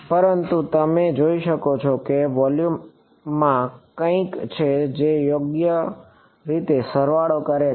પરંતુ તમે જોઈ શકો છો કે વોલ્યુમમાં કંઈક છે જે યોગ્ય રીતે સરવાળે છે